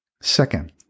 Second